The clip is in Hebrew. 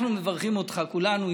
אנחנו מברכים אותך כולנו.